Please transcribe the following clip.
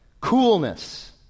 Coolness